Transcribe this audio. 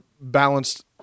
balanced